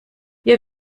wir